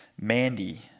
Mandy